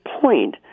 point